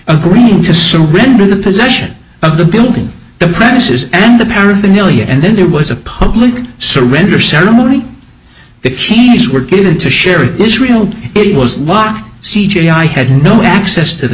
agreeing to surrender the possession of the building the premises and the paraphernalia and then there was a public surrender ceremony the changes were given to share israel it was locked c j i had no access to the